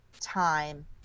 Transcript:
time